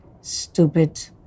stupid